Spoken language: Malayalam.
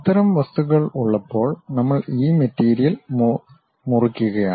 അത്തരം വസ്തുക്കൾ ഉള്ളപ്പോൾ നമ്മൾ ഈ മെറ്റീരിയൽ മുറിക്കുകയാണ്